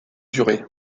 durée